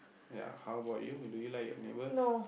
ya how about you do you like your neighbours